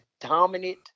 dominant